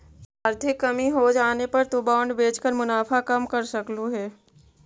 आर्थिक कमी होजाने पर तु बॉन्ड बेचकर मुनाफा कम कर सकलु हे